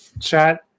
Chat